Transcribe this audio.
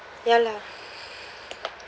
ya lah